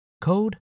code